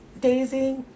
Daisy